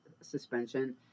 suspension